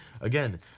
Again